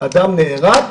אדם נהרג,